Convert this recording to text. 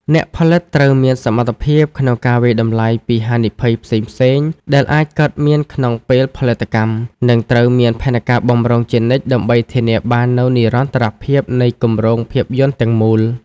អ្នកផលិតត្រូវមានសមត្ថភាពក្នុងការវាយតម្លៃពីហានិភ័យផ្សេងៗដែលអាចកើតមានក្នុងពេលផលិតកម្ម និងត្រូវមានផែនការបម្រុងជានិច្ចដើម្បីធានាបាននូវនិរន្តរភាពនៃគម្រោងភាពយន្តទាំងមូល។